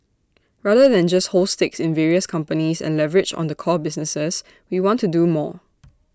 rather than just hold stakes in various companies and leverage on the core businesses we want to do more